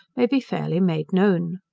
may be fairly made known.